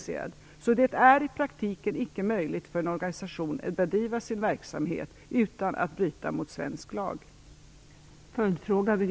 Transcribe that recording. Det är alltså i praktiken icke möjligt för en organisation att bedriva sin verksamhet utan att bryta mot svensk lag.